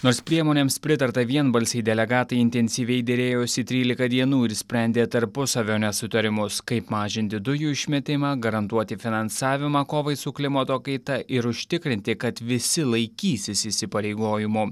nors priemonėms pritarta vienbalsiai delegatai intensyviai derėjosi trylika dienų ir sprendė tarpusavio nesutarimus kaip mažinti dujų išmetimą garantuoti finansavimą kovai su klimato kaita ir užtikrinti kad visi laikysis įsipareigojimų